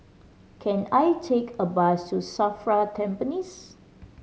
can I take a bus to SAFRA Tampines